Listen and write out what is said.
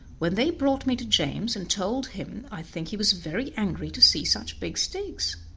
when they brought me to james and told him i think he was very angry to see such big sticks.